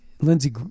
Lindsey